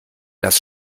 das